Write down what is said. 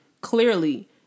clearly